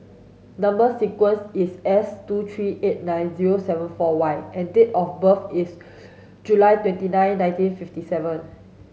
number sequence is S two three eight nine zero seven four Y and date of birth is July twenty nine nineteen fifty seven